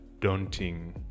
daunting